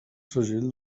segell